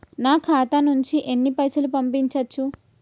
నా ఖాతా నుంచి ఎన్ని పైసలు పంపించచ్చు?